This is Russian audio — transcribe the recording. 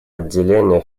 отделения